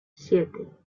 siete